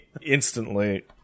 instantly